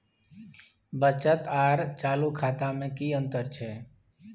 बचत आर चालू खाता में कि अतंर छै?